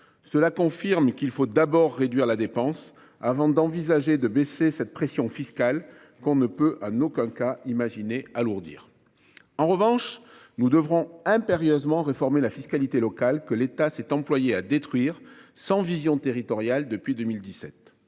Cela confirme qu’il faut d’abord réduire la dépense avant d’envisager de baisser cette pression fiscale, que l’on ne peut en aucun cas imaginer alourdir. En revanche, nous devrons impérieusement réformer la fiscalité locale, que l’État s’est employé à détruire, sans vision territoriale, depuis 2017.